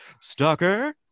stalker